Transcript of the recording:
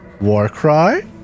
Warcry